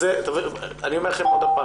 אני אומר לכם שוב,